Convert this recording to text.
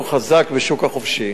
חזק בשוק חופשי.